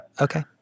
Okay